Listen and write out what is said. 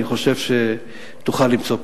אני חושב שתוכל למצוא פתרון,